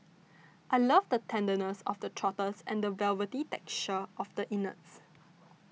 I love the tenderness of the trotters and the velvety texture of the innards